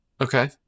Okay